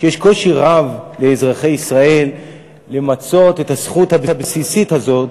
שיש קושי רב לאזרחי ישראל למצות את הזכות הבסיסית הזאת,